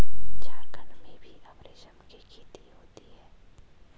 झारखण्ड में भी अब रेशम की खेती होती है